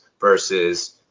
versus